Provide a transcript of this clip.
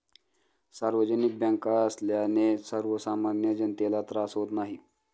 सार्वजनिक बँका असल्याने सर्वसामान्य जनतेला त्रास होत नाही